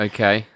Okay